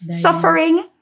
Suffering